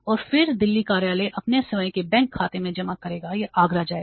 और फिर दिल्ली कार्यालय अपने स्वयं के बैंक खाते में जमा करेगा यह आगरा जाएगा